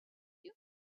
you